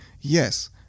yes